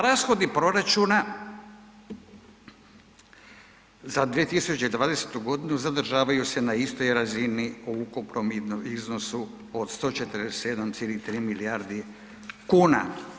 Rashodi proračuna za 2020.godinu zadržavaju se na istoj razini u ukupnom iznosu od 147,3 milijardi kuna.